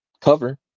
cover